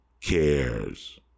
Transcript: cares